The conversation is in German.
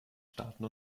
staaten